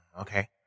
Okay